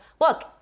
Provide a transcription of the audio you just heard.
look